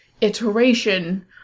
iteration